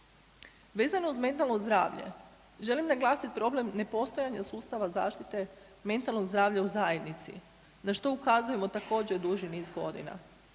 Vezano uz mentalno zdravlje, želim naglasiti problem nepostojanja sustava zaštite mentalnog zdravlja u zajednici, na što ukazuje također, duži niz godina.